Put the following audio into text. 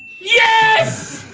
yes!